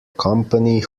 company